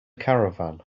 caravan